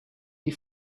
die